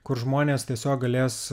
kur žmonės tiesiog galės